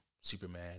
Superman